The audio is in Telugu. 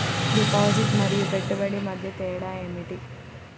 డిపాజిట్ మరియు పెట్టుబడి మధ్య తేడా ఏమిటి?